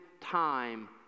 time